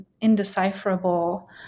indecipherable